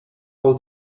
all